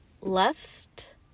Lust